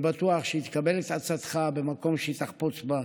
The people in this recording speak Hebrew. אני בטוח שהיא תקבל את עצתך במקום שהיא תחפוץ בה,